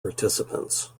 participants